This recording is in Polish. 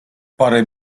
parę